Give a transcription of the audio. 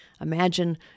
Imagine